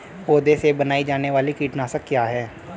पौधों से बनाई जाने वाली कीटनाशक क्या है?